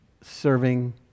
serving